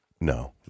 No